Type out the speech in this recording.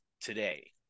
today